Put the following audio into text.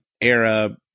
era